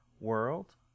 world